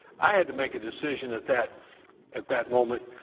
i had to make a decision at that at that moment